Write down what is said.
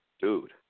Dude